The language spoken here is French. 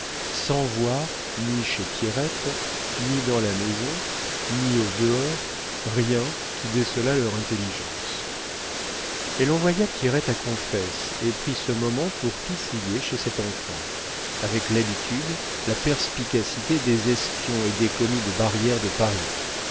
sans voir ni chez pierrette ni dans la maison ni au dehors rien qui décelât leur intelligence elle envoya pierrette à confesse et prit ce moment pour tout fouiller chez cette enfant avec l'habitude la perspicacité des espions et des commis de barrières de paris